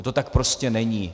To tak prostě není.